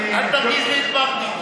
אל תרגיז לי את מרגי,